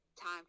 time